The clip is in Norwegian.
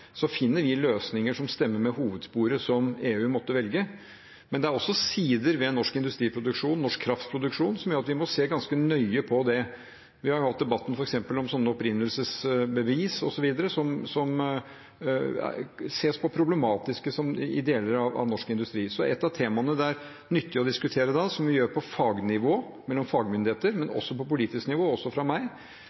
så integrert som vår industri er, finner vi løsninger som stemmer med hovedsporet som EU måtte velge, men det er også sider ved norsk industriproduksjon, norsk kraftproduksjon, som gjør at vi må se ganske nøye på det. Vi har f.eks. hatt debatten om opprinnelsesbevis og så videre, som ses på som problematisk i deler av norsk industri. Ett av temaene det er nyttig å diskutere, som man gjør på fagnivå mellom fagmyndigheter, men også på politisk nivå, og også med meg,